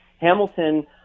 Hamilton